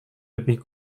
lebih